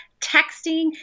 texting